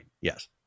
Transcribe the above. yes